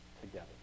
together